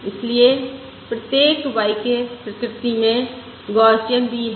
इसलिए प्रत्येक y k प्रकृति में गौसियन भी है